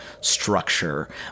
structure